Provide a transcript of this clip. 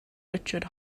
richard